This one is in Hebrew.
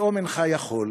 פתאום אינך יכול.